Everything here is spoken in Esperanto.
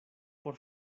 por